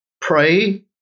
pray